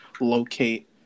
locate